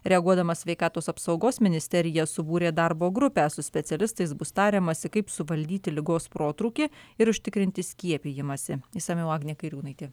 reaguodama sveikatos apsaugos ministerija subūrė darbo grupę su specialistais bus tariamasi kaip suvaldyti ligos protrūkį ir užtikrinti skiepijimąsi išsamiau agnė kairiūnaitė